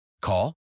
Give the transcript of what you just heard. Call